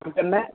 അതിൽ തന്നെ